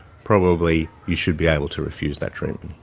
probably you should be able to refuse that treatment.